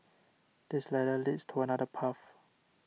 this ladder leads to another path